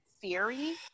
theory